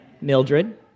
Mildred